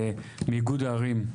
מאיגוד ערים,